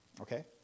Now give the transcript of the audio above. okay